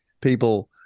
people